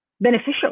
beneficial